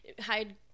Hide